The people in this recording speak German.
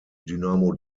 dynamo